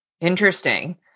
Interesting